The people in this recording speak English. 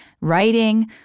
writing